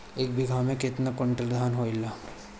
एक बीगहा में केतना कुंटल धान होई?